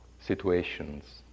situations